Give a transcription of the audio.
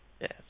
Yes